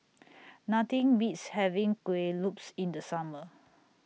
Nothing Beats having Kueh Lopes in The Summer